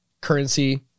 currency